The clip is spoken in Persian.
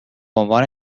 عنوان